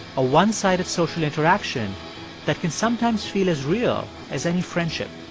a one-sided social interaction that can sometimes feel as real as any friendship.